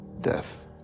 death